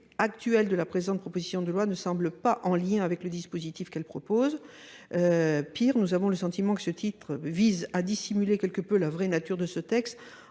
actuel de la présente proposition de loi ne semble pas en lien avec le dispositif qu'elle propose. Pire, nous avons le sentiment que ce titre vise à dissimuler quelque peu la vraie nature de ce texte